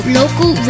local